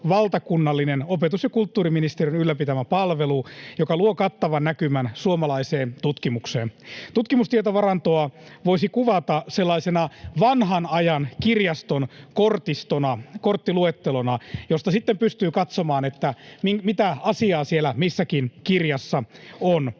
valtakunnallinen opetus- ja kulttuuriministeriön ylläpitämä palvelu, joka luo kattavan näkymän suomalaiseen tutkimukseen. Tutkimustietovarantoa voisi kuvata sellaisena vanhan ajan kirjaston kortistona, korttiluettelona, josta sitten pystyy katsomaan, mitä asiaa siellä missäkin kirjassa on.